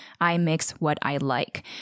imixwhatilike